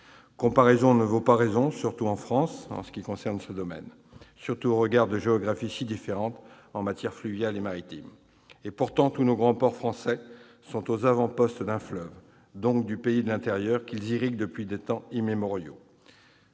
Comparaison ne vaut pas raison, surtout avec la France dans ce domaine au regard de géographies si différentes en matière fluviale et maritime. Pourtant, tous nos grands ports français sont aux avant-postes d'un fleuve, donc du pays de l'intérieur qu'ils irriguent depuis des temps immémoriaux.